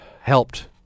helped